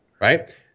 Right